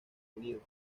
unidos